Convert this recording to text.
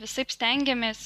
visaip stengiamės